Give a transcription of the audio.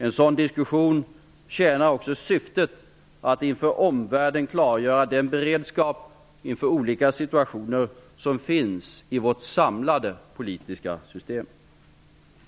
En sådan diskussion tjänar också syftet att inför omvärlden klargöra den beredskap inför olika situationer som finns i vårt samlade politiska system.